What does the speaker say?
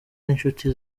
n’inshuti